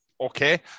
okay